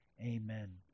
Amen